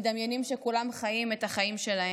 מדמיינים שכולם חיים את החיים שלהם.